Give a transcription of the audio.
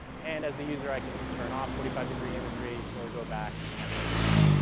and as a user, i can turn off forty five degree imagery, or go back and add labels.